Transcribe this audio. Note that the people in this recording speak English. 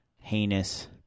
heinous